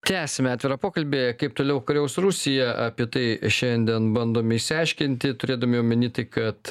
tęsiame atvirą pokalbį kaip toliau kariaus rusija apie tai šiandien bandome išsiaiškinti turėdami omeny tai kad